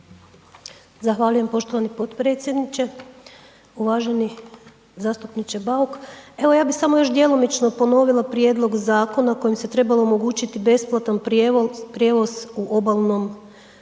Zahvaljujem poštovani potpredsjedniče. Uvaženi zastupniče Bauk, evo ja bi samo djelomično ponovila prijedlog zakona kojim se trebalo omogućiti besplatan prijevoz u obalnom i